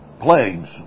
plagues